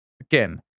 again